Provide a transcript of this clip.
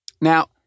Now